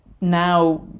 now